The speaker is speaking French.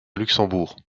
luxembourg